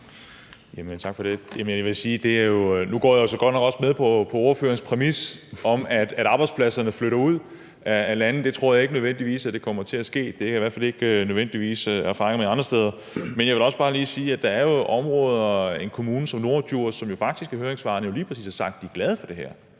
Tak for det. Nu går jeg så godt nok også med på ordførerens præmis om, at arbejdspladserne flytter ud af landet. Det tror jeg ikke nødvendigvis kommer til at ske; det er i hvert fald ikke erfaringerne andre steder. Men jeg vil også bare lige sige, at en kommune som Norddjurs har faktisk i høringssvaret lige præcis sagt, at de er glade for det her,